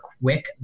quick